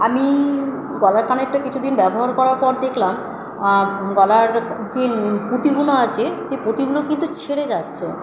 আমি গলার কানেরটা কিছুদিন ব্যবহার করার পর দেখলাম গলার যে পুঁতিগুলো আছে সেই পুঁতিগুলো কিন্তু ছিঁড়ে যাচ্ছে